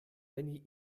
wenn